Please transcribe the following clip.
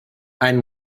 einen